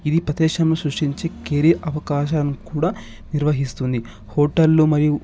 ఇది ప్రదేశం సృష్టించి కేరి అవకాశాలు కూడా నిర్వహిస్తుంది హోటల్లు మరియు